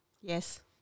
Yes